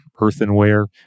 earthenware